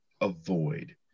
avoid